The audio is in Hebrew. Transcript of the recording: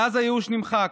ואז הייאוש נמחק,